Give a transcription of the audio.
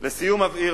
לסיום אבהיר,